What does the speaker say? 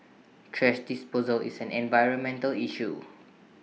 thrash disposal is an environmental issue